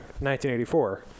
1984